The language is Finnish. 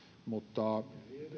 mutta